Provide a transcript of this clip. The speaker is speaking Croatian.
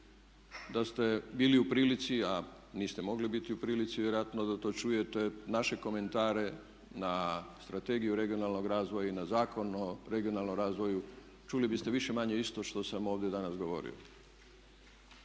da ste bili u prilici, a niste mogli biti u prilici vjerojatno da to čujete, naše komentare na Strategiju regionalnog razvoja i na Zakon o regionalnom razvoju čuli biste više-manje isto što sam ovdje danas govorio.